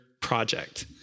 project